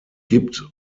gibt